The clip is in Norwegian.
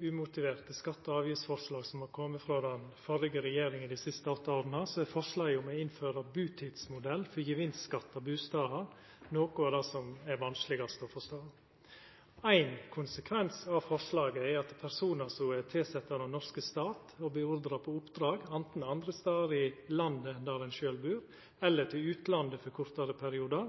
umotiverte skatte- og avgiftsforslag som har kome frå den førre regjeringa dei siste åtte åra, er forslaget om å innføra butidsmodell for gevinstskatt av bustader noko av det som er vanskelegast å forstå. Ein konsekvens av forslaget er at personar som er tilsette av den norske stat, og beordra på oppdrag, anten andre stader i landet enn der ein sjølv bur, eller til